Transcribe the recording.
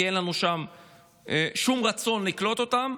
כי אין לנו שם שום רצון לקלוט אותם,